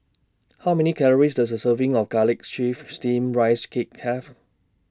How Many Calories Does A Serving of Garlic Chives Steamed Rice Cake Have